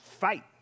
fight